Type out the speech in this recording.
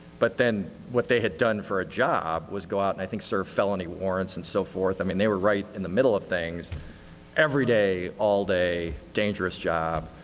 but then what they had done for a job was go out and i think serve felony warrants and so forth. i mean, they were right in the middle of things every day, all day, dangerous job.